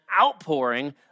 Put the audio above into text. outpouring